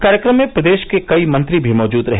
कार्यक्रम में प्रदेश के कई मंत्री भी मौजूद रहे